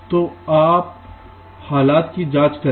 तो आप हालत की जाँच करें